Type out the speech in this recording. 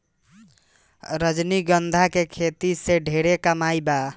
रजनीगंधा के खेती से ढेरे कमाई बा